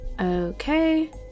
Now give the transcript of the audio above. Okay